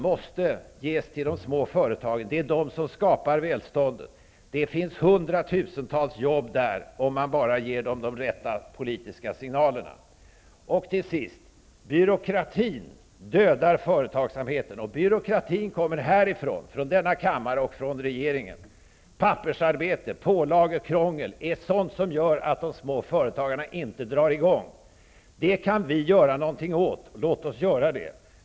Det är dessa som skapar välståndet. Det finns hundratusentals jobb där, om man bara ger företagen de rätta politiska signalerna. Till sist: Byråkratin dödar företagsamheten, och byråkratin kommer härifrån, från denna kammare och från regeringen. Pappersarbete, pålagor, krångel är sådant som gör att småföretagarna inte drar i gång. Det kan vi göra någonting åt, och låt oss göra det.